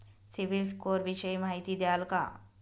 CIBIL score विषयी माहिती द्याल का?